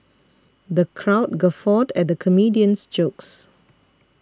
the crowd guffawed at the comedian's jokes